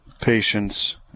patience